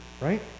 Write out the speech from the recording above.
right